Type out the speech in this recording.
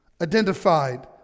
identified